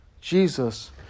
Jesus